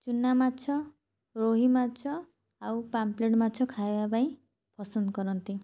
ଚୁନା ମାଛ ରୋହି ମାଛ ଆଉ ପାମ୍ଫ୍ଲେଟ୍ ମାଛ ଖାଇବା ପାଇଁ ପସନ୍ଦ କରନ୍ତି